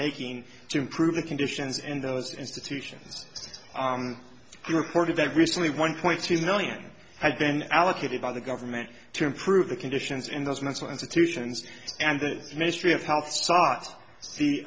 making to improve the conditions in those institutions he reported that recently one point two million had been allocated by the government to improve the conditions in those mental institutions and the ministry of health